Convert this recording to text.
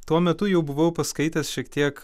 tuo metu jau buvau paskaitęs šiek tiek